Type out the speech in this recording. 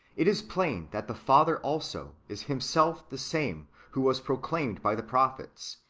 it is plain that the father also is himself the same who was proclaimed by the prophets,